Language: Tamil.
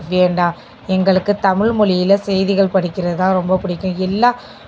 வேண்டாம் எங்களுக்கு தமிழ் மொழியில் செய்திகள் படிக்கிறது தான் ரொம்ப பிடிக்கும் எல்லா